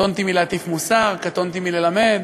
קטונתי מלהטיף מוסר, קטונתי מללמד,